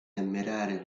ammirare